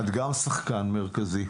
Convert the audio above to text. אתם גם שחקן מרכזי.